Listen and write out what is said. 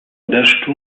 deszczu